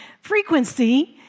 frequency